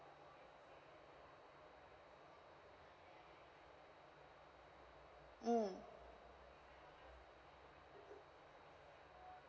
mm